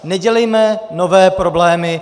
Nedělejme nové problémy!